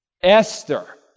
Esther